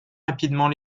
rapidement